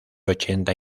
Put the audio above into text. ochenta